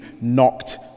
knocked